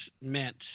meant